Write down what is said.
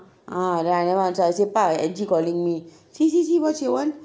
ah then I never answer I say pa angie calling me see see see what she want